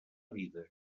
vida